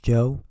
Joe